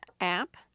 app